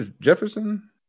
Jefferson